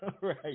Right